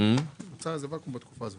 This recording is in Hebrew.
נוצר ואקום בתקופה הזאת.